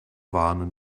warnen